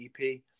ep